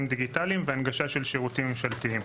דיגיטליים והנגשת שירותים ממשלתיים.